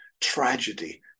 tragedy